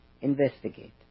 investigate